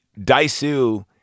Daisu